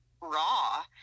raw